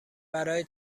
برای